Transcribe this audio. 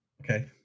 Okay